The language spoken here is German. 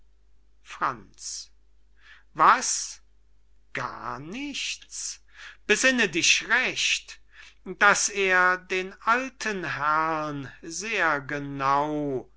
franz was gar nichts besinne dich recht daß er den alten herrn sehr genau